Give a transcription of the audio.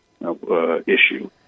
issue